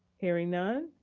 hearing none.